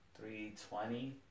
three-twenty